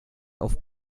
auf